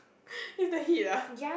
is the heat ah